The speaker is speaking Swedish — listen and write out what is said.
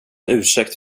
ursäkt